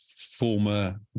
former